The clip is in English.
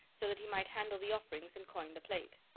so that he might handle the offerings and coin the plate.